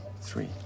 three